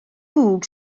mwg